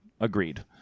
Agreed